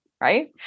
Right